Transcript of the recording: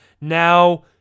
now